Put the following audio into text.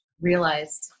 realized